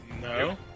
No